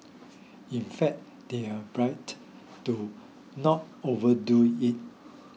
in fact they were bribed to not overdo it